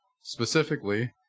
specifically